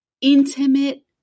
intimate